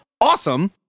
awesome